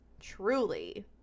truly